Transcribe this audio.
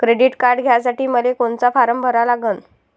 Credit card घ्यासाठी मले कोनचा फारम भरा लागन?